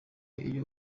iyo